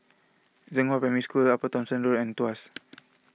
Zhenghua Primary School Upper Thomson Road and Tuas